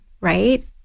right